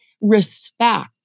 respect